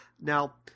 Now